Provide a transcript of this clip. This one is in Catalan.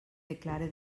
declare